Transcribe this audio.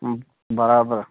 برابر